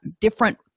different